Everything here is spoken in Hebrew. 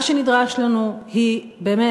מה שנדרש לנו באמת,